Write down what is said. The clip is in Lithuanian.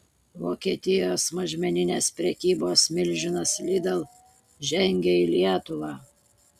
vokietijos mažmeninės prekybos milžinas lidl žengia į lietuvą